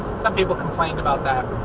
some people complained about that.